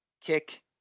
kick